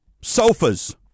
sofas